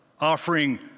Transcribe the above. offering